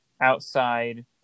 outside